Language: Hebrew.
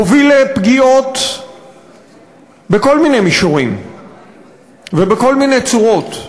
מוביל לפגיעות בכל מיני מישורים ובכל מיני צורות,